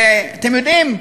אתם יודעים,